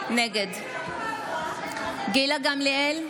נגד גילה גמליאל,